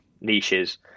niches